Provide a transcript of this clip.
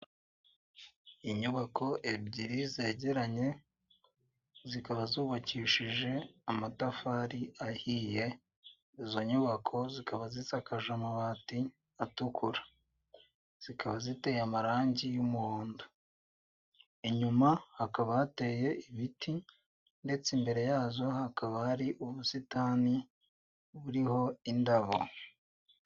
Inyubako ebyiri zegeranye zikaba zubakishije amatafari ahiye izo nyubako zikaba zisakaje amabati atukura, zikaba ziteye amarangi y'umuhondo, inyuma hakaba hateye ibiti ndetse imbere yazo hakaba hari ubusitani buriho indabo.